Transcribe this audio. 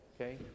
okay